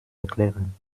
erklären